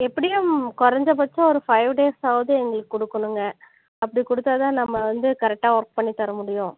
எப்படியும் குறைஞ்சபட்சம் ஒரு ஃபைவ் டேஸ் ஆவது எங்களுக்கு கொடுக்கணுங்க அப்படி கொடுத்தா தான் நம்ம வந்து கரெட்டாக ஒர்க் பண்ணி தர முடியும்